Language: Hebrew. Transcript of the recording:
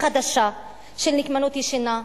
חדשה של נקמנות ישנה.